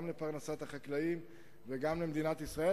גם לפרנסת החקלאים וגם למדינת ישראל.